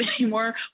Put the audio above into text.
anymore